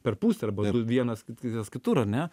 per pusę arba du vienas kitas kitur ar ne